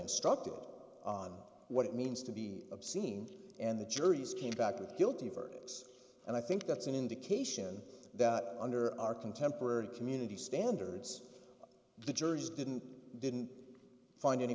instructed on what it means to be obscene and the juries came back with guilty verdicts and i think that's an indication that under our contemporary community standards the jurors didn't didn't find any